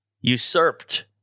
usurped